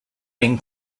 then